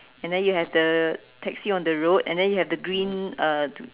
and then you have the taxi on the road and then you have the green uh